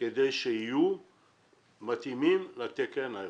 כדי שיהיו מתאימים לתקן האירופי.